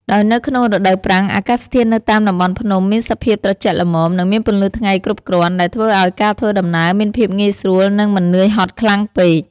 ដោយនៅក្នុងរដូវប្រាំង អាកាសធាតុនៅតាមតំបន់ភ្នំមានសភាពត្រជាក់ល្មម និងមានពន្លឺថ្ងៃគ្រប់គ្រាន់ ដែលធ្វើឲ្យការធ្វើដំណើរមានភាពងាយស្រួល និងមិននឿយហត់ខ្លាំងពេក។